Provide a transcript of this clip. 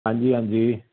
ਹਾਂਜੀ ਹਾਂਜੀ